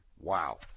Wow